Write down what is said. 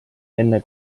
enne